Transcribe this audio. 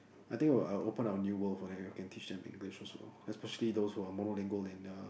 I think I will I will open up a new world for them if I can teach them English also especially those who are monolingual in their